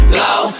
low